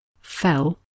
fell